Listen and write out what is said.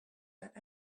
that